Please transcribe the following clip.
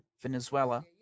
Venezuela